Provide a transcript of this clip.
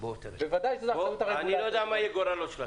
אני לא יודע מה יהיה גורלו של הצו.